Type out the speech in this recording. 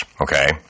okay